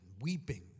weeping